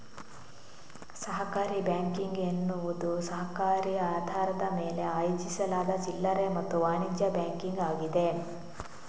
ಸಹಕಾರಿ ಬ್ಯಾಂಕಿಂಗ್ ಎನ್ನುವುದು ಸಹಕಾರಿ ಆಧಾರದ ಮೇಲೆ ಆಯೋಜಿಸಲಾದ ಚಿಲ್ಲರೆ ಮತ್ತು ವಾಣಿಜ್ಯ ಬ್ಯಾಂಕಿಂಗ್ ಆಗಿದೆ